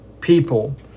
people